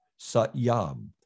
satyam